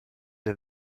der